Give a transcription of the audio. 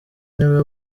niwe